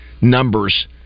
numbers